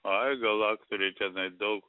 ai gal aktoriai tenai daug